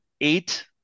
eight